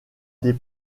des